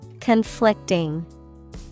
conflicting